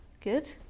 Good